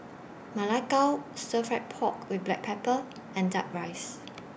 Ma Lai Gao Stir Fry Pork with Black Pepper and Duck Rice